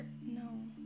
No